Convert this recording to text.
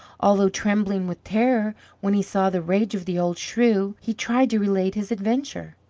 although trembling with terror when he saw the rage of the old shrew, he tried to relate his adventure.